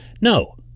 No